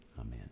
Amen